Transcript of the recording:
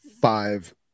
five